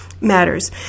matters